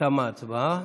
תמה ההצבעה.